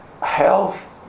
health